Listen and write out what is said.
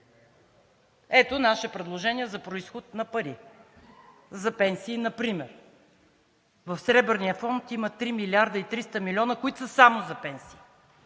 Ето наше предложение за произход на пари за пенсии например – в Сребърния фонд има 3 млрд. 300 милиона, които са само за пенсии.